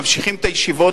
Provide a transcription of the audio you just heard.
ממשיכים את הישיבות.